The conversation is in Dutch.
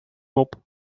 mop